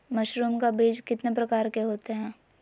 Mushroom का बीज कितने प्रकार के होते है?